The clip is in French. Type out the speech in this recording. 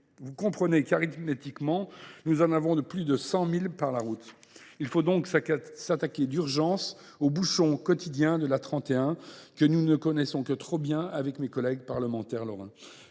est facile de calculer que nous en avons plus de 100 000 par la route. Il faut donc s’attaquer d’urgence aux bouchons quotidiens de l’A31, que nous ne connaissons que trop bien avec mes collègues parlementaires lorrains.